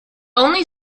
only